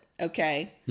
okay